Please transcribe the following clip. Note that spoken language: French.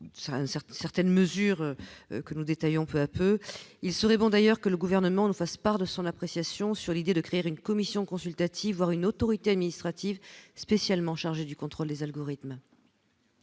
certaines mesures que nous détaillons peu à peu, il serait bon d'ailleurs que le gouvernement ne fasse part de son appréciation sur l'idée de créer une commission consultative, voire une autorité administrative spécialement chargé du contrôle des algorithmes.